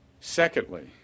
Secondly